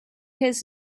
his